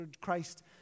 Christ